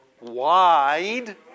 Wide